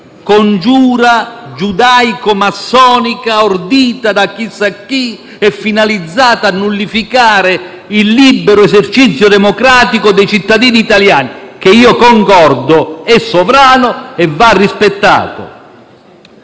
congiura giudaico-massonica ordita da chissà chi e finalizzata a nullificare il libero esercizio democratico dei cittadini italiani, che - io concordo - è sovrano e va rispettato.